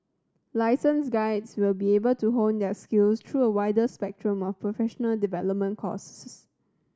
licensed guides will be able to hone their skills through a wider spectrum of professional development courses